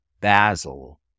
Basil